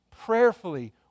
prayerfully